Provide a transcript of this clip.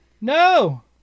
No